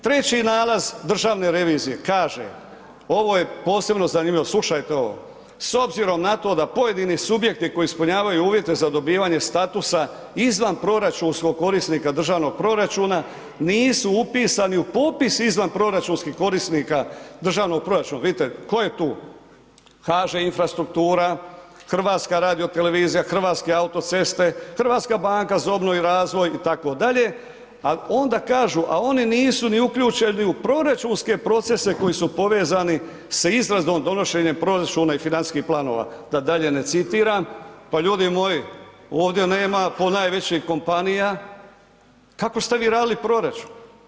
Treći nalaz državne revizije kaže, ovo je posebno zanimljivo, slušajte ovo, s obzirom na to da pojedini subjekti koji ispunjavaju uvjete za dobivanje statusa izvan proračunskog korisnika državnog proračuna, nisu upisani u popis izvanproračunskih korisnika državnog proračuna, vidite tko je tu, kaže HŽ Infrastruktura, HRT, Hrvatske autoceste, HBOR itd., a onda kažu, a oni nisu ni uključeni u proračunske procese koji su povezani sa izradom donošenje proračuna i financijskih planova da dalje ne citiram, pa ljudi moji, ovdje nema ponajvećih kompanija, kako ste vi radili proračun?